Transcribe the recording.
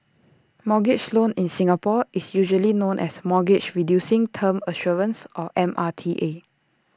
mortgage loan in Singapore is usually known as mortgage reducing term assurance or M R T A